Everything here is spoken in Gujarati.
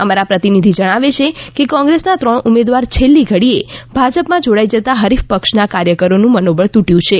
અમારા પ્રતિનિધિ જણાવે છે કે કોંગ્રેસ ના ત્રણ ઉમેદવાર છેલ્લી ઘડીએ ભાજપ માં જોડાઈ જતાં હરીફ પક્ષ ના કાર્યકરો નું મનોબળ તૂટ્યું છે